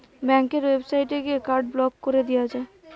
ব্যাংকের ওয়েবসাইটে গিয়ে কার্ড ব্লক কোরে দিয়া যায়